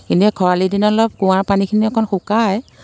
ইনেই খৰালি দিনত অলপ কুঁৱাৰ পানীখিনি অকণ শুকায়